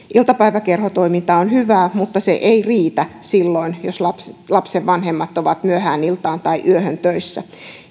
iltapäiväkerhotoiminta on hyvää mutta se ei riitä silloin jos lapsen lapsen vanhemmat ovat myöhään iltaan tai yöhön töissä